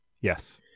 Yes